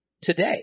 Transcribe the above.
today